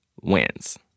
wins